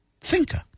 thinker